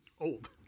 old